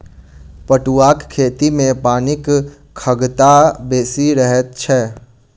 पटुआक खेती मे पानिक खगता बेसी रहैत छै